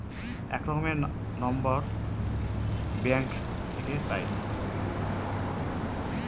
এক রকমের নম্বর ব্যাঙ্ক থাকে পাই